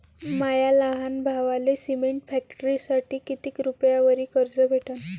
माया लहान भावाले सिमेंट फॅक्टरीसाठी कितीक रुपयावरी कर्ज भेटनं?